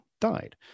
died